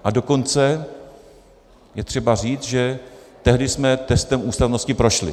A dokonce je třeba říct, že tehdy jsme testem ústavnosti prošli.